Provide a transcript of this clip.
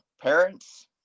parents